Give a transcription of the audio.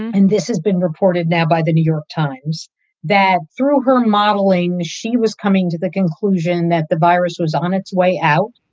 and this has been reported now by the new york times that through her modeling, she was coming to the conclusion that the virus was on its way out,